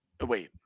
Wait